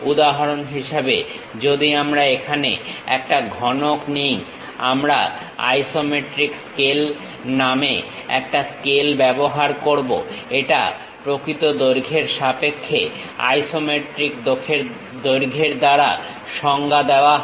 উদাহরণ হিসেবে যদি আমরা এখানে একটা ঘনক নিই আমরা আইসোমেট্রিক স্কেল নামে একটা স্কেল ব্যবহার করব এটা প্রকৃত দৈর্ঘ্যের সাপেক্ষে আইসোমেট্রিক দৈর্ঘ্য দ্বারা সংজ্ঞা দেওয়া হয়